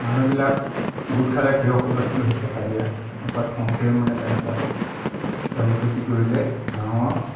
মানুহবিলাক গোট খালে কিহৰ হুলস্থূল হৈছে কাজিয়া এনেকুৱাত হওঁতেই মানে তেনেকুৱাত তেওঁলোকে কি কৰিলে গাঁৱৰ